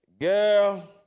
girl